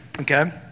Okay